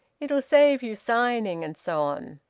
it'll save you signing, and so on.